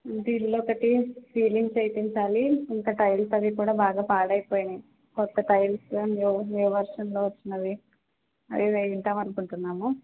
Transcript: ఇంటీరియలొకటి ceilings వేయిపించాలి ఇంకా tiles అవి కూడా చాలా పాడైపోయినయి కొత్త టైల్స్ న్యూ న్యూ వెర్షన్లో వచ్చినవి అవి వేయిద్దామనుకుంటున్నాము